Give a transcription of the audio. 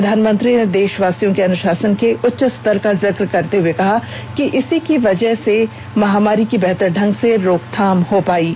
प्रधानमंत्री ने देशवासियों के अनुशासन के उच्चस्तर का जिक्र करते हुए कहा कि इसी की वजह से महामारी की बेहतर ढंग से रोकथाम संभव हो पाई है